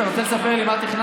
אתה רוצה לספר לי מה תכננת?